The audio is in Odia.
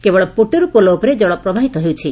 କେବଳ ପୋଟେରୁ ପୋଲ ଉପରେ ଜଳ ପ୍ରବାହିତ ହେଉଛି